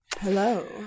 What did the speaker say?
Hello